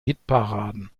hitparaden